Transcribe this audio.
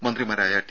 മന്ത്രിമാരായ ടി